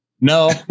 No